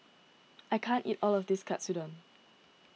I can't eat all of this Katsudon